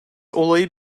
olayı